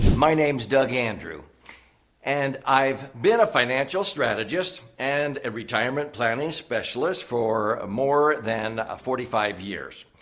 my name is doug andrew and i've been a financial strategist and a retirement planning specialist for more than forty five years.